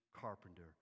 carpenter